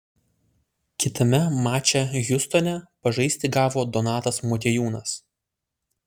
kitame mače hjustone pažaisti gavo donatas motiejūnas